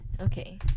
okay